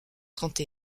trente